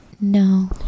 No